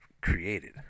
created